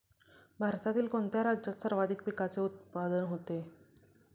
भारतातील कोणत्या राज्यात सर्वाधिक पिकाचे उत्पादन होते?